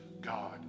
God